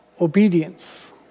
obedience